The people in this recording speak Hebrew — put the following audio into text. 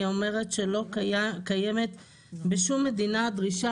היא אומרת שלא קיימת בשום מדינה דרישה